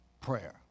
prayer